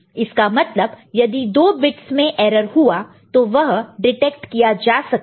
इसका मतलब यदि 2 बिट्स में एरर हुआ तो वह डिटेक्ट किया जा सकता है